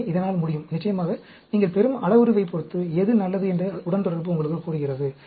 எனவே இதனால் முடியும் நிச்சயமாக நீங்கள் பெறும் அளவுருவைப் பொறுத்து எது நல்லது என்று உடன்தொடர்பு உங்களுக்குக் கூறுகிறது